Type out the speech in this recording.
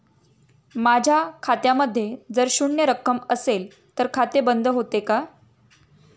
माझ्या खात्यामध्ये जर शून्य रक्कम असेल तर खाते बंद होते का?